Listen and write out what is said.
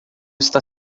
está